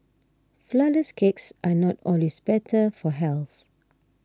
Flourless Cakes are not always better for health